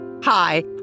Hi